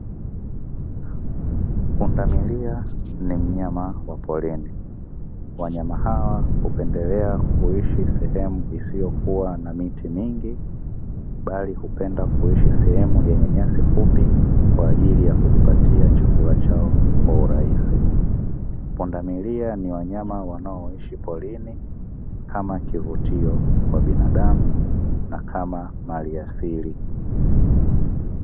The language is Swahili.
Pundamilia ni mnyama wa porini; wanyama hawa hupendelea kuishi sehemu isiyokuwa na miti mingi, bali hupenda kuishi sehemu yenye nyasi fupi kwa ajili ya kujipatia chakula chao kwa urahisi, pundamilia ni wanyama wanaoishi porini kama kivutio kwa binadamu na kama mali asili.